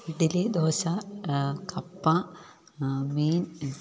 ഇഡലി ദോശ കപ്പ മീൻ